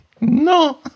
No